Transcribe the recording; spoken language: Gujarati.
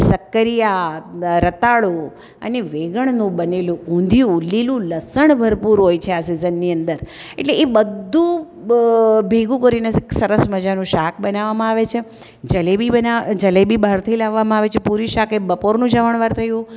શક્કરીયા રતાળું અને વેંગણનું બનેલું ઊંધિયું લીલું લસણ હોય ભરપૂર હોય છે આ સિઝનની અંદર એટલે એ બધું ભેગું કરીને સરસ મજાનું શાક બનાવવામાં આવે છે જલેબી બનાવવા જલેબી બહારથી લાવવામાં આવે છે પૂરી શાક એ બપોરનું જમણવાર થયું